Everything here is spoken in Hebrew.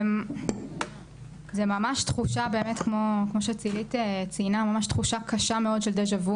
זו ממש תחושה כמו שצילית ציינה של דה-ז'ה-וו.